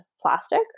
plastic